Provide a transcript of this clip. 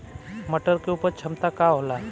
मटर के उपज क्षमता का होला?